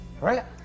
Right